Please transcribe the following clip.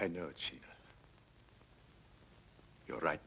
i know cheap you're right